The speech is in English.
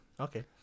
Okay